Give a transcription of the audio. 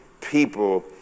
people